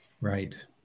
Right